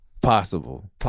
Possible